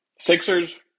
Sixers